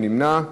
מי נמנע?